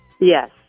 yes